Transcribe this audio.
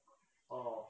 orh